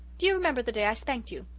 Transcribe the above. do you remember the day i spanked you?